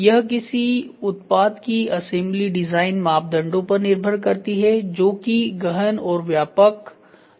यह किसी उत्पाद की असेंबली डिजाइन मापदंडों पर निर्भर करती है जो कि गहन और व्यापक दोनों हैं